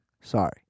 Sorry